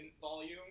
volume